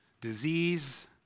disease